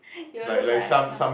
you'll look like a cow